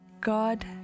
God